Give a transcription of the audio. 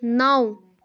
نَو